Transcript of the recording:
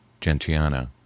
Gentiana